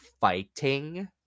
fighting